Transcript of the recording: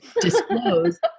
disclose